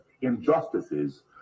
injustices